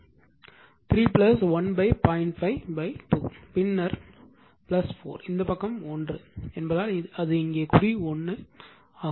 5 2 பின்னர் 4 இந்த பக்கம் 1 என்பதால் இங்கே அது குறி 1 ஆகும்